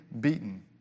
beaten